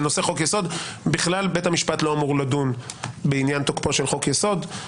בנושא חוק-יסוד בכלל בית המשפט לא אמור לדון בעניין תוקפו של חוק-יסוד.